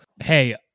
hey